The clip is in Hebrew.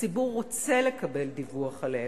הציבור רוצה לקבל דיווח עליהם,